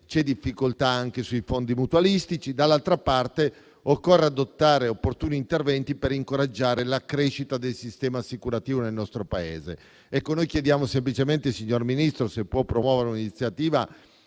C'è difficoltà anche sui fondi mutualistici. Occorre anche adottare opportuni interventi per incoraggiare la crescita del sistema assicurativo nel nostro Paese Chiediamo semplicemente, signor Ministro, se può promuovere un'iniziativa